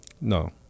No